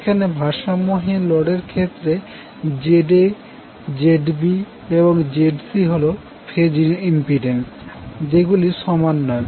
এখানে ভারসাম্যহীন লোডের ক্ষেত্রে ZA ZB এবং ZC হল ফেজ ইম্পিড্যান্স যেগুলি সমান নয়